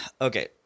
Okay